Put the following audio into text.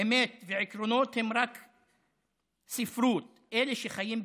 אמת ועקרונות הם רק ספרות, אלה שחיים בקטן,